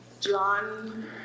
John